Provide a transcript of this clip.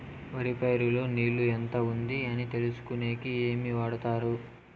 వరి పైరు లో నీళ్లు ఎంత ఉంది అని తెలుసుకునేకి ఏమేమి వాడతారు?